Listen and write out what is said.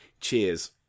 Cheers